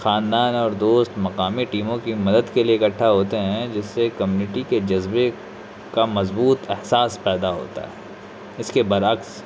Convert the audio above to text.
خاندان اور دوست مقامی ٹیموں کی مدد کے لیے اکٹھا ہوتے ہیں جس سے کمنیٹی کے جذبے کا مضبوط احساس پیدا ہوتا ہے اس کے برعکس